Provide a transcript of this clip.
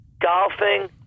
golfing